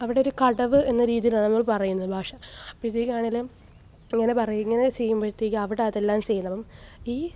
അവിടൊരു കടവ് എന്ന രീതിയിലാണ് നമ്മൾ പറയുന്ന ഭാഷ അപ്പിതിലാണെങ്കിലും ഇങ്ങനെ പറയുന്ന ഇങ്ങനെ ചെയ്യുമ്പോഴത്തേക്കും അവിടെ അതെല്ലാം ചെയ്യണം ഈ